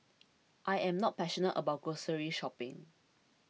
I am not passionate about grocery shopping